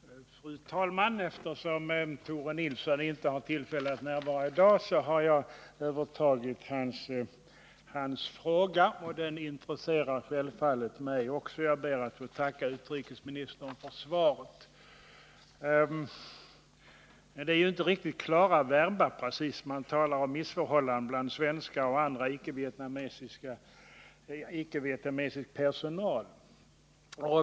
Fru talman! Eftersom Tore Nilsson inte har tillfälle att närvara i dag har jag övertagit hans fråga. Den intresserar självfallet mig också, och jag ber att få tacka utrikesministern för svaret. 31 Men det är inte riktigt klara verba i svaret. Det talas om ”missförhållanden bland svenskar och annan icke-vietnamesisk personal”.